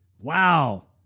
Wow